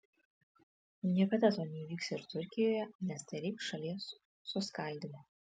niekada to neįvyks ir turkijoje nes tai reikš šalies suskaldymą